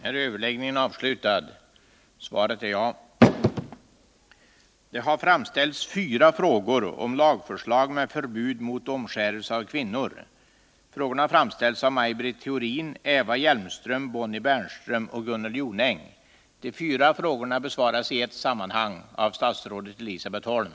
Socialutskottet har beslutat att till hösten uppskjuta behandlingen av frågan om en lag mot omskärelse av kvinnor. Samtidigt är det viktigt att ett klart uttalande från svensk sida mot stympning av kvinnor föreligger inför FN:s kvinnokonferens i Köpenhamn. Är statsrådet beredd att uttala sig mot stympning av kvinnor, och kommer ett lagförslag i den riktningen att föreläggas riksdagen under hösten?